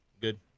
good